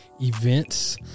events